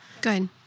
good